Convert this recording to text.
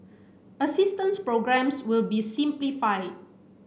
assistance programmes will be simplified